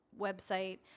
website